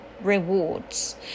rewards